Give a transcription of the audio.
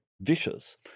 vicious